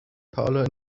parlour